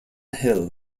hill